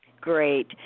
Great